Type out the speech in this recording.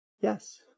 Yes